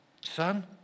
Son